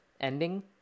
ending